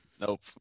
Nope